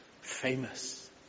famous